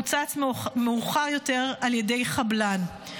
פוצץ מאוחר יותר על ידי חבלן.